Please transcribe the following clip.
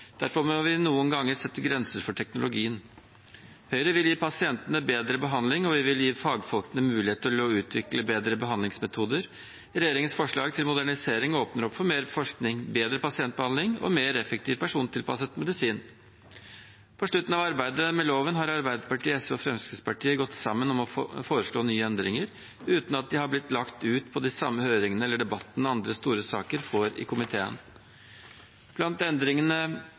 Derfor må vi noen ganger sette grenser for teknologien. Høyre vil gi pasientene bedre behandling, og vi vil gi fagfolkene mulighet til å utvikle bedre behandlingsmetoder. Regjeringens forslag til modernisering åpner opp for mer forskning, bedre pasientbehandling og mer effektiv persontilpasset medisin. På slutten av arbeidet med loven har Arbeiderpartiet, SV og Fremskrittspartiet gått sammen om å foreslå nye endringer, uten at de har blitt lagt ut på de samme høringene eller fått debattene andre store saker får i komiteen. Blant endringene